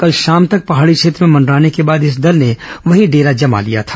कल शाम तक पहांडी क्षेत्र में मंडराने के बाद इस दल ने वहीं डेरा जमा लिया था